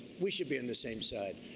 we should be on the same side.